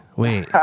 wait